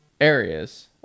areas